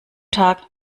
tag